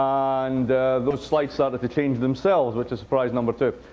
and those slides started to change themselves, which is surprise number two.